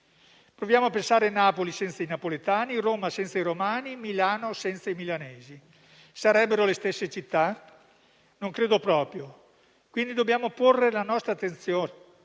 Proviamo a pensare Napoli senza i napoletani, Roma senza i romani, Milano senza i milanesi: sarebbero le stesse città? Non credo proprio. Dobbiamo quindi porre la nostra attenzione